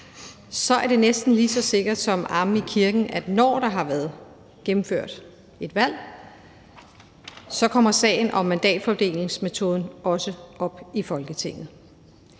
er det næsten lige så sikkert som amen i kirken, at når der har været gennemført et valg, så kommer sagen om mandatfordelingsmetoden også op i Folketinget.